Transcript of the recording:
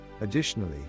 Additionally